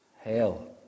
Hell